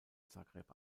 zagreb